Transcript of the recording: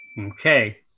Okay